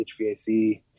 HVAC